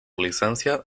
licencia